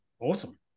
Awesome